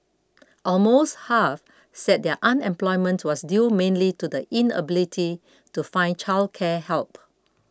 almost half said their unemployment was due mainly to the inability to find childcare help